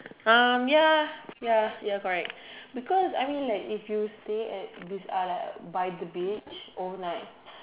um ya ya ya correct because I mean like if you stay at like this by the beach all night